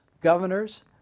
governors